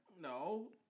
No